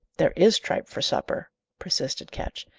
there is tripe for supper, persisted ketch.